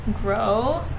Grow